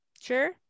Sure